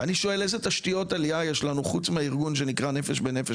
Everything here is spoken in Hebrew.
ואני שואל איזה תשתיות עלייה יש לנו חוץ מהארגון שנקרא "נפש בנפש"?